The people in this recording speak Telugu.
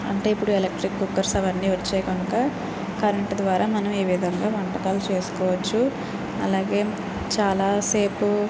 అంటే ఇప్పుడు ఎలక్ట్రిక్ కుక్కర్స్ అవన్నీ వచ్చాయి కనుక కరెంటు ద్వారా మనం ఈ విధంగా వంటలు చేసుకోవచ్చు అలాగే చాలాసేపు